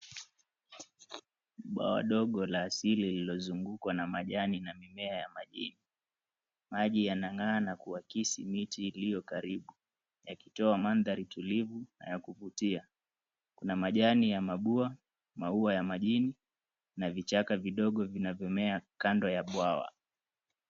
Bwawa dogo la asili lililozungukwa na majani na mimea ya maji. Maji yanang'a na kuakisi miti iliyo karibu yakitoa mandha tulivu na ya kuvutia. Kuna majani ya mabua maua ya majini na vichaka vidogo vinavyomea kando ya bwawa.